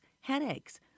headaches